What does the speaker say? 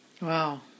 Wow